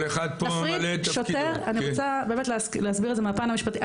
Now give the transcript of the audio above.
אני רוצה להסביר את זה מהפן המשפטי,